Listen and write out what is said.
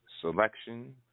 selection